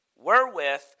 wherewith